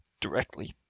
directly